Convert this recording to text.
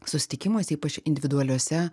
susitikimuose ypač individualiuose